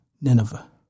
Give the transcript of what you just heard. Nineveh